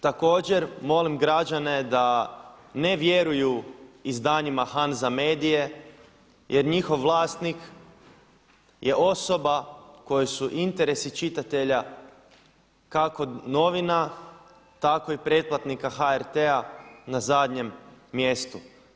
Također molim građane da ne vjeruju izdanjima Hanza Media jer njihov vlasnik je osoba kojoj su interesi čitatelja kako novina tako i pretplatnika HRT-a na zadnjem mjestu.